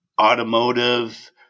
automotive